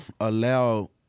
allow